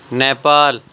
Nepal